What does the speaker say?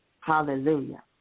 hallelujah